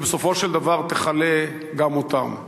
שבסופו של דבר תכלה גם אותם.